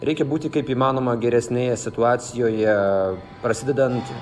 reikia būti kaip įmanoma geresnėje situacijoje prasidedant